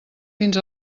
fins